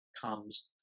comes